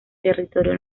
territorio